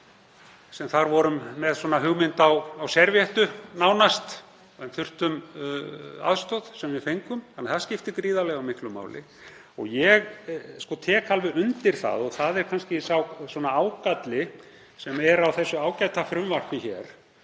sem þar vorum með hugmynd á servíettu nánast en þurftum aðstoð sem við fengum. Það skiptir gríðarlega miklu máli. Ég tek alveg undir það og það er kannski sá ágalli sem er á þessu ágæta frumvarpi hér